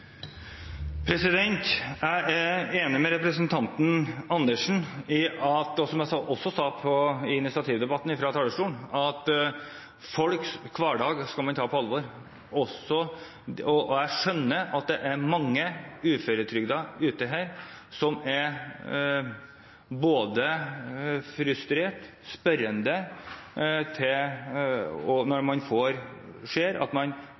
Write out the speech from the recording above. Jeg er enig med representanten Andersen i, som jeg også sa fra talerstolen i initiativdebatten, at folks hverdag skal man ta på alvor. Jeg skjønner at det er mange uføretrygdede som er både frustrerte og spørrende når de ser at de taper penger på den nye uførereformen. Folk lever av de kronene man